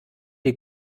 die